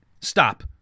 Stop